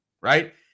right